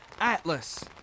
Atlas